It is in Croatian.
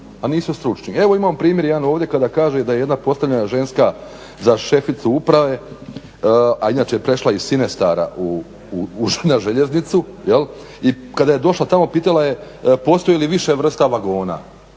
a nisu stručni. Evo imamo primjer jedan ovdje kada kaže da jedna postavljena ženska za šeficu uprave a inače je prešla iz Cinestara na željeznicu jel, i kada je došla tamo pitala je postoji li više vrsta vagona,